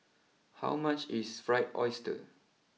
how much is Fried Oyster